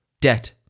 Debt